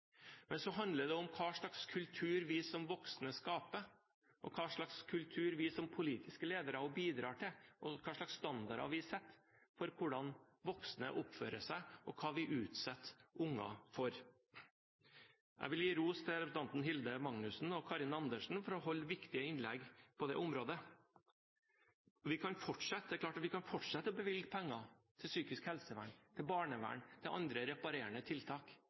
Men så handler det om hva slags kultur vi som voksne skaper, hva slags kultur vi som politiske ledere bidrar til, hva slags standarder vi setter for hvordan voksne oppfører seg, og hva vi utsetter unger for. Jeg vil gi ros til representantene Hilde Magnusson og Karin Andersen for å holde viktige innlegg på dette området. Det er klart vi kan fortsette å bevilge penger til psykisk helsevern, til barnevern og til andre reparerende tiltak,